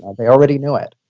they already knew it.